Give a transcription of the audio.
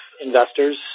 investors